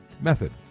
method